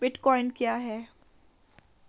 Bitcoin क्या है?